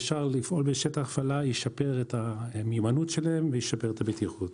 ישר לפעול בשטח הפעלה ישפר את המיומנות שלהם וישפר את הבטיחות.